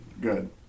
Good